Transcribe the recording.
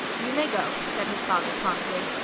you may go, said his father, promptly.